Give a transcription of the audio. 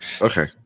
Okay